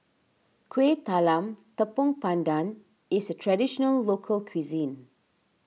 Kueh Talam Tepong Pandan is a Traditional Local Cuisine